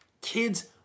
Kids